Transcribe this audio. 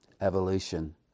Evolution